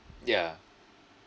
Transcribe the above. yeah